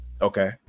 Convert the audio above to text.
Okay